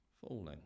Falling